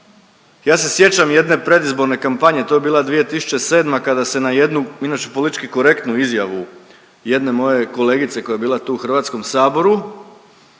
ja se sjećam jedne predizborne kampanje, to je bila 2007. kada se na jednu, inače politički korektnu izjavu jedne moje kolegice koja je bila tu u HS, kada